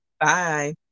Bye